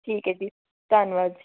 ਠੀਕ ਹੈ ਜੀ ਧੰਨਵਾਦ ਜੀ